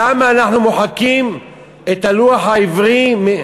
למה אנחנו מוחקים את הלוח העברי?